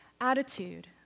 Attitude